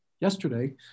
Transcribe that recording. yesterday